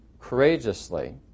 courageously